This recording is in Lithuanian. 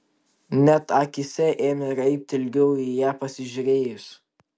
net akyse ėmė raibti ilgiau į ją pasižiūrėjus